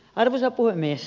arvoisa puhemies